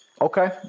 okay